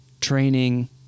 training